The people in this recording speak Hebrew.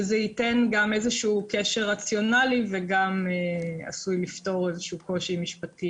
שזה ייתן גם קשר רציונלי וגם עשוי לפתור קושי משפטי